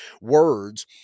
words